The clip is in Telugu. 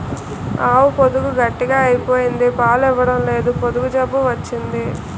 ఆవు పొదుగు గట్టిగ అయిపోయింది పాలు ఇవ్వడంలేదు పొదుగు జబ్బు వచ్చింది